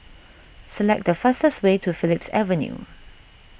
select the fastest way to Phillips Avenue